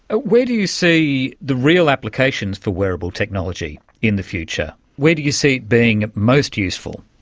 ah where do you see the real applications for wearable technology in the future? where do you see it being most useful?